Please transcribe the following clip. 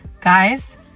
guys